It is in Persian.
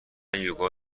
یوگا